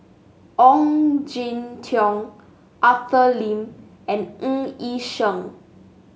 Ong Jin Teong Arthur Lim and Ng Yi Sheng